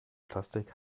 plastik